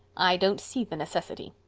i don't see the necessity.